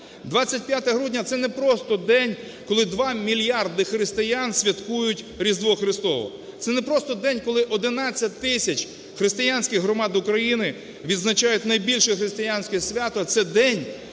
25 грудня – це не просто день, коли 2 мільярди християн святкують Різдво Христове, це не просто день, коли 11 тисяч християнських громад України відзначають найбільше християнське свято.